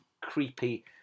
creepy